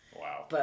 Wow